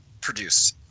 produce